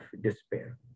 despair